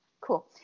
Cool